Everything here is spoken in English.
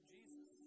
Jesus